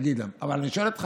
אבל אני שואל אותך,